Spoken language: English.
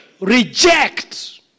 reject